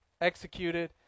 executed